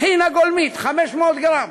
טחינה גולמית 500 גרם